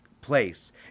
place